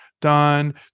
done